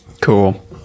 Cool